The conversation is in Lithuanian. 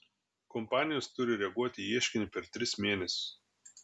kompanijos turi reaguoti į ieškinį per tris mėnesius